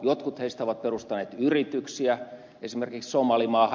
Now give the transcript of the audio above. jotkut heistä ovat perustaneet yrityksiä esimerkiksi somalimaahan